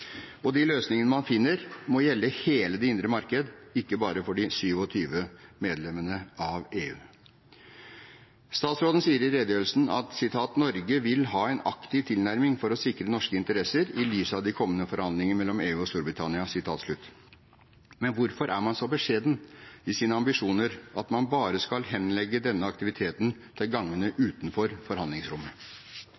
Og de løsningene man finner, må gjelde hele det indre marked, ikke bare for de 27 medlemmene av EU. Statsråden sier i redegjørelsen: «Norge vil ha en aktiv tilnærming for å sikre norske interesser i lys av de kommende forhandlingene om utmeldelse og i lys av det framtidige forholdet mellom EU og Storbritannia.» Hvorfor er man så beskjeden i sine ambisjoner at man bare skal henlegge denne aktiviteten til gangene